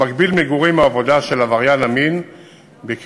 המגביל מגורים או עבודה של עבריין המין בקרבת